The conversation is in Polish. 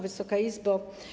Wysoka Izbo!